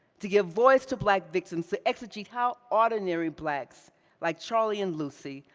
to give voice to black victims, to exegete how ordinary blacks like charlie and lucy,